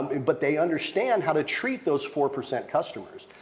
but they understand how to treat those four percent customers.